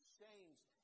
changed